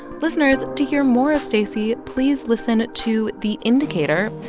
listeners, to hear more of stacey, please listen to the indicator.